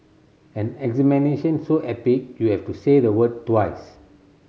an examination so epic you have to say the word twice